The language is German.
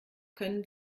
können